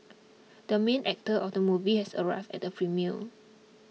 the main actor of the movie has arrived at the premiere